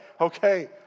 okay